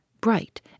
bright